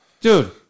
Dude